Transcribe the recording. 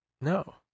No